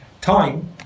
time